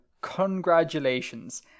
congratulations